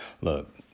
Look